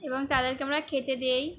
এবং তাদেরকে আমরা খেতে দিই